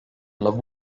love